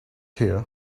here